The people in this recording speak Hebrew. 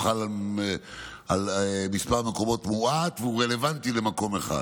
הוא חל על מספר מקומות מועט והוא רלוונטי למקום אחד.